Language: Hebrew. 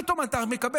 פתאום אתה מקבל,